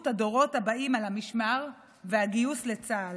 הדורות הבאים על המשמר והגיוס לצה"ל,